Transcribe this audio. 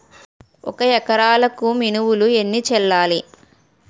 ఒక ఎకరాలకు మినువులు ఎన్ని చల్లాలి?